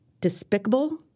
despicable